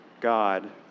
God